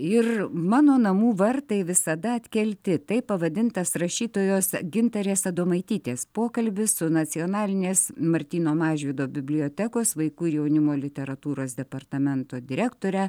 ir mano namų vartai visada atkelti taip pavadintas rašytojos gintarės adomaitytės pokalbis su nacionalinės martyno mažvydo bibliotekos vaikų ir jaunimo literatūros departamento direktore